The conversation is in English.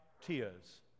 tears